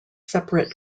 separate